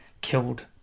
killed